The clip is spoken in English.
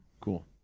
Cool